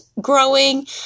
growing